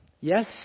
Yes